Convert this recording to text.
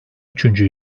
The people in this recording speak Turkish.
üçüncü